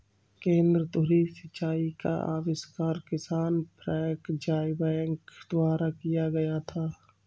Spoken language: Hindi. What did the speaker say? केंद्र धुरी सिंचाई का आविष्कार किसान फ्रैंक ज़ायबैक द्वारा किया गया था